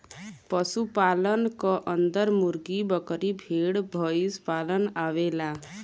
पशु पालन क अन्दर मुर्गी, बकरी, भेड़, भईसपालन आवेला